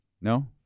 No